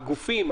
הגופים,